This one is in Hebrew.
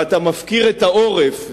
ואתה מפקיר את העורף,